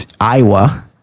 Iowa